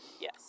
Yes